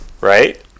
right